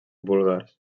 búlgars